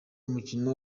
umukino